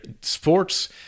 sports